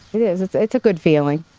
it is. it's it's a good feeling,